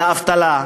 של האבטלה,